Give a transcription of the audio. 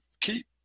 keep